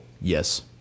Yes